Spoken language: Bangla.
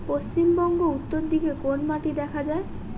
পশ্চিমবঙ্গ উত্তর দিকে কোন মাটি দেখা যায়?